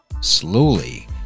slowly